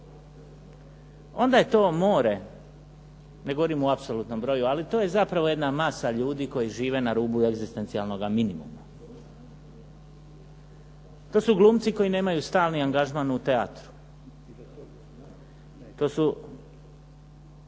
onda je to more. Ne govorim o apsolutnom broju, ali to je zapravo jedna masa ljudi koji žive na rubu egzistencijalnoga minimuma. To su glumci koji nemaju stalni angažman u teatru. To su